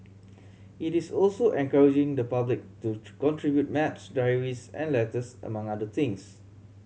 it is also encouraging the public to contribute maps diaries and letters among other things